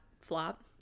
flop